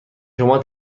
شما